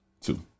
two